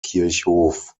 kirchhof